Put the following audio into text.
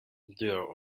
there